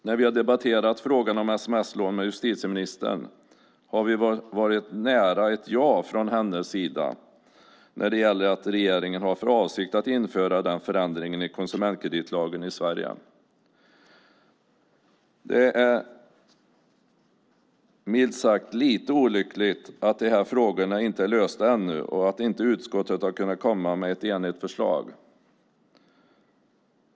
När vi har debatterat frågan om sms-lån med justitieministern har vi varit nära ett ja från hennes sida när det gäller att regeringen har för avsikt att införa den förändringen i konsumentkreditlagen i Sverige. Det är milt sagt lite olyckligt att de här frågorna inte är lösta ännu och att inte utskottet har kunnat komma med ett enigt förslag.